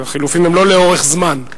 החילופין הם לא לאורך זמן.